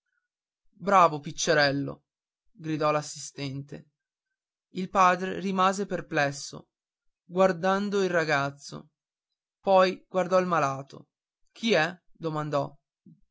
bravo piccerello gridò l'assistente il padre rimase perplesso guardando il ragazzo poi guardò il malato chi è domandò